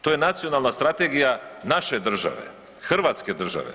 To je nacionalna strategija naše države, Hrvatske države.